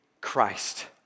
Christ